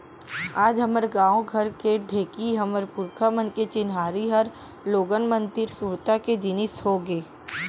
आज हमर गॉंव घर के ढेंकी हमर पुरखा मन के चिन्हारी हर लोगन मन तीर सुरता के जिनिस होगे